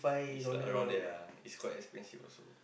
it's like around there ah it's quite expensive also